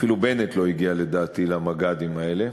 אפילו בנט לא הגיע, לדעתי, למג"דים האלה